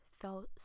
felt